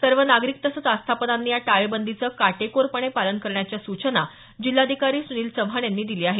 सर्व नागरिक तसंच आस्थापनांनी या टाळेबंदीचं काटेकोरपणे पालन करण्याच्या सूचना जिल्हाधिकारी सुनील चव्हाण यांनी दिल्या आहेत